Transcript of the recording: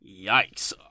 Yikes